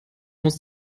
muss